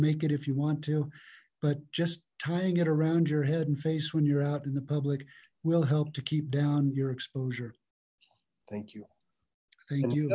make it if you want to but just tying it around your head and face when you're out in the public will help to keep down your exposure thank you thank you